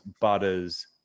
Butters